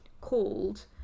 called